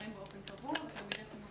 שנשארים באופן קבוע מקרב תלמידי החינוך